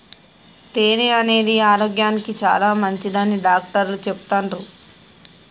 తేనె అనేది ఆరోగ్యానికి చాలా మంచిదని డాక్టర్లు చెపుతాన్రు